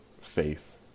faith